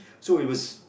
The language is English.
so it was